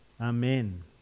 Amen